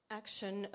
action